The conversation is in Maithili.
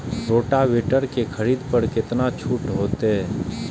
रोटावेटर के खरीद पर केतना छूट होते?